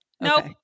Nope